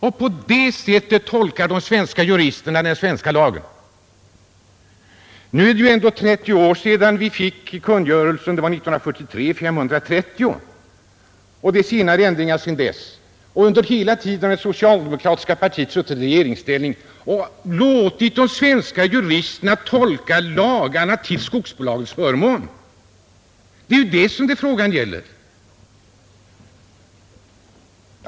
Och på det sättet tolkar de svenska juristerna den svenska lagen. Nu är det ju ändå 30 år sedan vi fick kungörelsen 1943:530 och sedan dess har ändringar tillkommit. Hela tiden har det socialdemokratiska partiet suttit i regeringsställning och låtit svenska jurister tolka lagarna till skogsbolagens förmån. Det är ju det som frågan gäller.